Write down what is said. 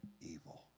evil